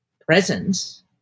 presence